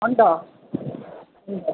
ഉണ്ടോ മ്